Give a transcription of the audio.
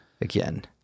again